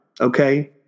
Okay